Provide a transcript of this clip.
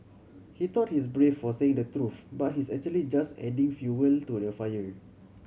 he thought he is brave for saying the truth but he's actually just adding fuel to the fire